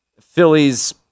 Phillies